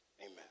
Amen